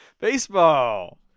Baseball